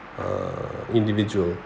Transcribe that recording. err individual